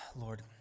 lord